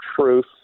truth